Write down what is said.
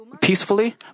peacefully